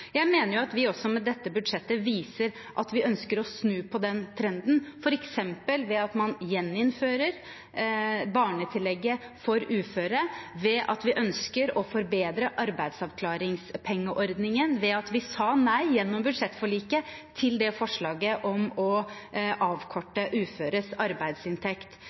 Jeg mener at vi med dette budsjettet viser at vi ønsker å snu den trenden, f.eks. ved at man gjeninnfører barnetillegget for uføre, ved at vi ønsker å forbedre arbeidsavklaringspengeordningen, ved at vi sa nei i budsjettforliket til forslaget om å avkorte uføres arbeidsinntekt.